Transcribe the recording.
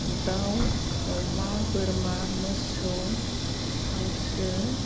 दाउ अमा बोरमा मोसौ हांसो